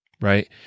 right